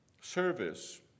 service